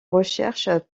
recherches